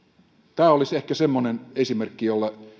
tämä olisi ehkä semmoinen esimerkki jota